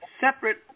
separate